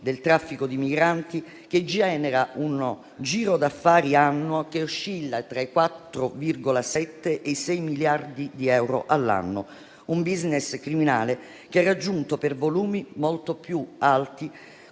del traffico di migranti, che genera un giro d'affari annuo che oscilla tra i 4,7 e i 6 miliardi di euro all'anno; un *business* criminale che ha raggiunto, per volumi di denaro,